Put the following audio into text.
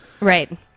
Right